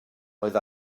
oedd